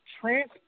trans